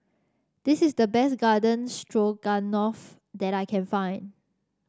this is the best Garden Stroganoff that I can find